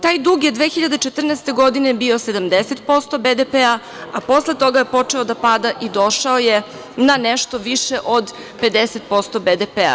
Taj dug je 2014. godine bio 70% BDP, a posle toga je počeo da pada i došao je na nešto više od 50% BDP.